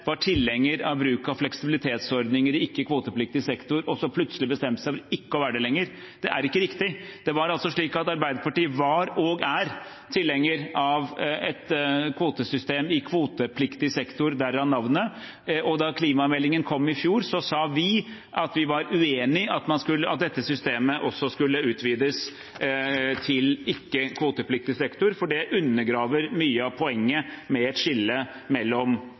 var tilhenger av bruk av fleksibilitetsordninger i ikke-kvotepliktig sektor, og så plutselig bestemte seg for ikke å være det lenger. Det er ikke riktig. Arbeiderpartiet var og er tilhenger av et kvotesystem i kvotepliktig sektor, derav navnet, og da klimameldingen kom i fjor, sa vi at vi var uenig i at dette systemet også skulle utvides til ikke-kvotepliktig sektor, for det undergraver mye av poenget med et skille mellom